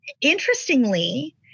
interestingly